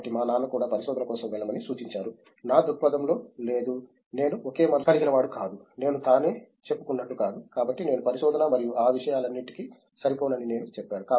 కాబట్టి మా నాన్న కూడా పరిశోధన కోసం వెళ్ళమని సూచించారు నా దృక్పథంలో లేదు నేను ఒకే మనస్సు కలిగిన వాడు కాదు నేను తానే చెప్పుకున్నట్లు కాదు కాబట్టి నేను పరిశోధన మరియు ఆ విషయాలన్నింటికీ సరిపోను అని నేను చెప్పాను